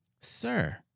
sir